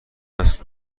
هست